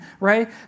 right